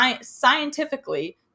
scientifically